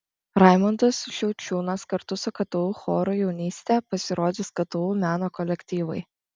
raimundas šiaučiūnas kartu su ktu choru jaunystė pasirodys ktu meno kolektyvai